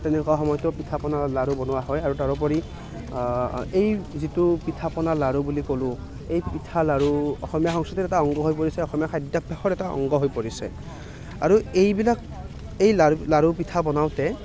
তেনেকুৱা সময়তো পিঠা পনা লাড়ু বনোৱা হয় আৰু তাৰ উপৰি এই যিটো পিঠা পনা লাড়ু বুলি ক'লোঁ এই পিঠা লাড়ু অসমীয়া সংস্কৃতিৰ এটা অংগ হৈ পৰিছে অসমীয়া খাদ্যাভাসৰ এটা অংগ হৈ পৰিছে আৰু এইবিলাক এই লাড়ু লাড়ু পিঠা বনাওঁতে